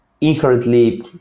inherently